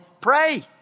pray